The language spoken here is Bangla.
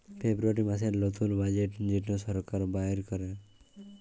ফেব্রুয়ারী মাসের লতুল বাজেট যেট সরকার বাইর ক্যরে